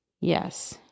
yes